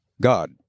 God